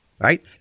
right